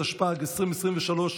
התשפ"ג,2023,